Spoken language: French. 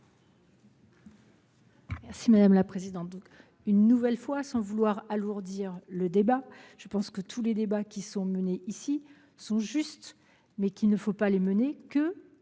Merci madame la présidente. Donc une nouvelle fois sans vouloir alourdir le débat, je pense que tous les débats qui sont menés ici sont justes mais qu'il ne faut pas les mener que